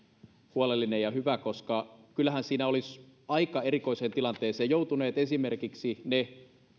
huolellinen ja hyvä koska kyllähän siinä olisivat aika erikoiseen tilanteeseen joutuneet esimerkiksi ne